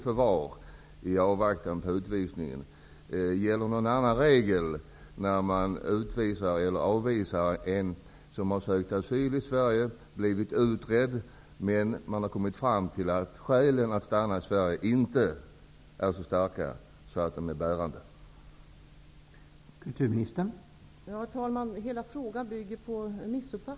Gäller någon annan regel för en asylsökande som skall avvisas eller utvisas, dvs. en person som har blivit utredd och där man har kommit fram till att skälen inte är tillräckligt starka för att få stanna i Sverige?